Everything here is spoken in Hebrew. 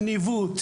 לניווט,